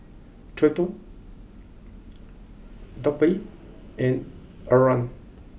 Treyton Darby and Arah